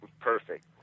perfect